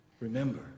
remember